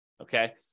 okay